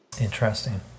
Interesting